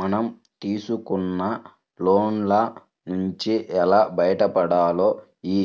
మనం తీసుకున్న లోన్ల నుంచి ఎలా బయటపడాలో యీ